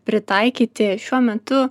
pritaikyti šiuo metu